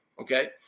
okay